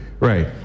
Right